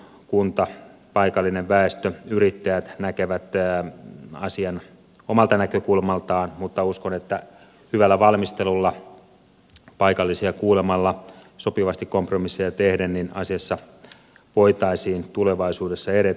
kunta paikallinen väestö ja yrittäjät näkevät asian omalta näkökulmaltaan mutta uskon että hyvällä valmistelulla paikallisia kuulemalla sopivasti kompromisseja tehden asiassa voitaisiin tulevaisuudessa edetä